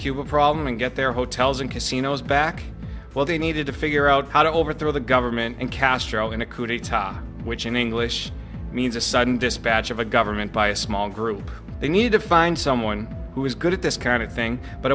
cuban problem and get their hotels and casinos back while they needed to figure out how to overthrow the government and castro in a coup d'etat which in english means a sudden dispatch of a government by a small group they need to find someone who is good at this kind of thing but